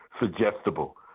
suggestible